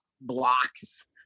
blocks